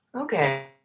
Okay